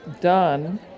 done